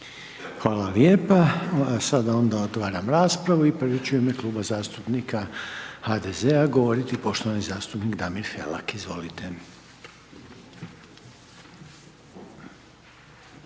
Hvala lijepa, sada onda otvaram raspravu i prvi će u ime Kluba zastupnika HDZ-a govoriti poštovani zastupnik Damir Felak, izvolite.